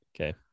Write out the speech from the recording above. okay